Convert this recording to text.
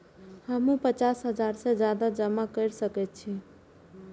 हमू पचास हजार से ज्यादा जमा कर सके छी?